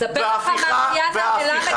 לספר לי מה עושה